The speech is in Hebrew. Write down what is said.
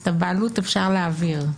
את הבעלות אפשר להעביר,